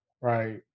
Right